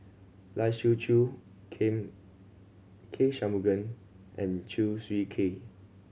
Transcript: Lai Siu Chiu Ken K Shanmugam and Chew Swee Kee